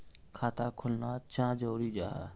खाता खोलना चाँ जरुरी जाहा?